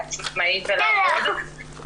בסדר, לא משנה.